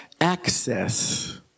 access